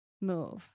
move